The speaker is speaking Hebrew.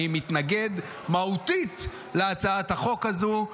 אני מתנגד מהותית להצעת החוק הזו.